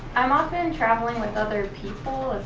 i'm often traveling with other people.